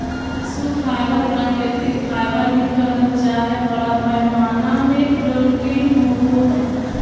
पशु फाइबर प्राकृतिक फाइबर भी कहल जा हइ, बड़ा पैमाना में प्रोटीन होवो हइ